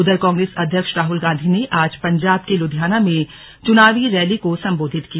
उधर कांग्रेस अध्यक्ष राहल गांधी ने आज पंजाब के लुधियाना में चुनावी रैली को सम्बोधित किया